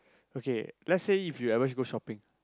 okay let's say if you ever go shopping